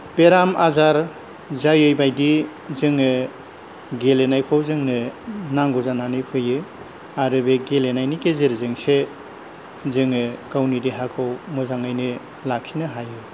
बेराम आजार जायै बायदि जोङो गेलेनायखौ जोंनो नांगौ जानानै फैयो आरो बे गेलेनायनि गेजेरजोंसो जोङो गावनि देहाखौ मोजाङैनो लाखिनो हायो